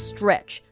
Stretch